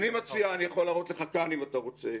אני מציע, אני יכול להראות לך כאן אם אתה רוצה,